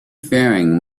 faring